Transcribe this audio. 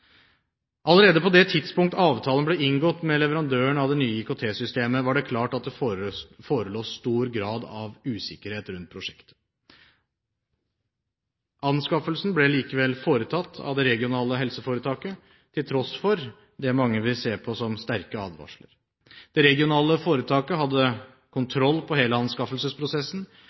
Allerede på det tidspunkt avtalen ble inngått med leverandøren av det nye IKT-systemet, var det klart at det forelå stor grad av usikkerhet rundt prosjektet. Anskaffelsen ble likevel foretatt av det regionale helseforetaket, til tross for det mange vil se på som sterke advarsler. Det regionale foretaket hadde kontroll på hele anskaffelsesprosessen,